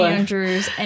Andrew's